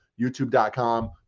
youtube.com